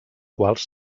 quals